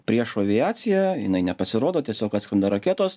priešo aviacija jinai nepasirodo tiesiog atskrenda raketos